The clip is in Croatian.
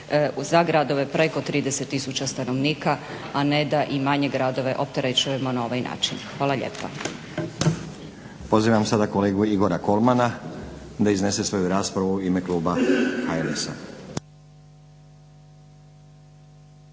za gradove preko 30 tisuća stanovnika a ne da i manje gradove opterećujemo na ovaj način. Hvala lijepa. **Stazić, Nenad (SDP)** Pozivam sada kolegu Igora Kolmana da iznese svoju raspravu u ime kluba HNS-a.